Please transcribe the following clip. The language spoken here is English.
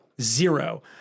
Zero